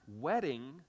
wedding